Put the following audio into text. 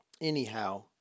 Anyhow